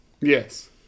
Yes